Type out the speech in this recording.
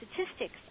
statistics